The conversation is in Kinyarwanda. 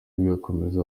bigakomeza